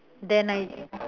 then I